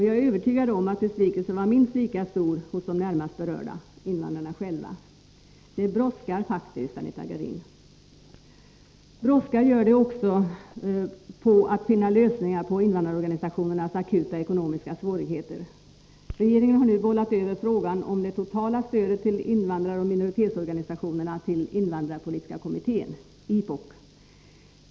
Jag är övertygad om att besvikelsen 20 oktober 1983 var minst lika stor hos de närmast berörda — invandrarna själva. Det brådskar faktiskt, Anita Gradin! SÖ Allmänpolitisk de Brådskar gör det också att finna lösningar på invandrarorganisationernas batt akuta ekonomiska svårigheter. Regeringen har nu bollat över frågan om det totala stödet till invandraroch minoritetsorganisationerna till invandrarpolitiska kommittén, IPOK.